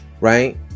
right